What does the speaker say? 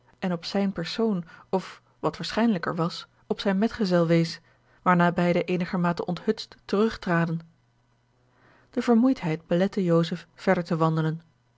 en op zijn persoon of wat waarschijnlijker was op zijn medgezel wees waarna beide eenigermate onthutst terug traden de vermoeidheid belette joseph verder te wandelen